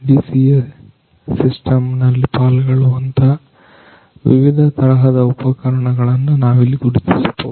38 ಸಮಯವನ್ನು ಗಮನಿಸಿ DCA system ನಲ್ಲಿ ಪಾಲ್ಗೊಳ್ಳುವಂತಹ ವಿವಿಧ ತರಹದ ಉಪಕರಣಗಳನ್ನು ನಾವಿಲ್ಲಿ ಗುರುತಿಸಬಹುದು